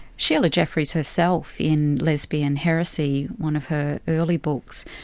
sheila jeffries herself in lesbian heresy, one of her early books,